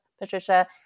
Patricia